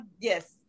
yes